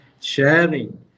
sharing